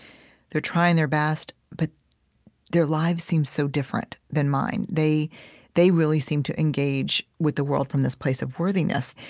they're trying their best, but their lives seem so different than mine. they they really seem to engage with the world from this place of worthiness.